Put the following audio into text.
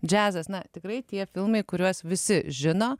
džiazas na tikrai tie filmai kuriuos visi žino